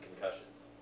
concussions